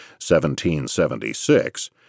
1776